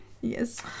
Yes